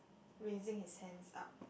raising his hands up